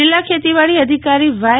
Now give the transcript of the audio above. જિલ્લા ખેતીવાડી અધિકારી વાય